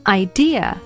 idea